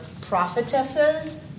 prophetesses